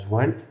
one